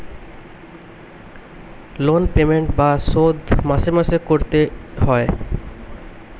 loan payment বা শোধ মাসে মাসে করতে এ হয়